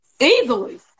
easily